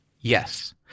Yes